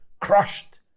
crushed